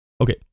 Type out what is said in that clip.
okay